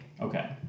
Okay